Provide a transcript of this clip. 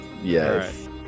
Yes